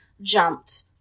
jumped